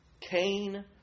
Cain